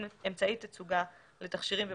אמצעי תצוגה לתכשירים ולמזיקים,